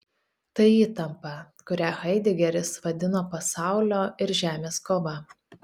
tai įtampa kurią haidegeris vadina pasaulio ir žemės kova